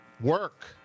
Work